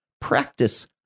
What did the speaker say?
practice